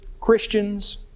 Christians